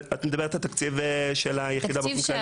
את מדברת על תקציב של היחידה באופן כללי?